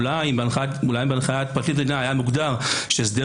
אולי בהנחיית פרקליט מדינה היה מוגדר שהסדר